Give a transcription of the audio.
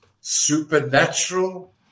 supernatural